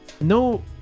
No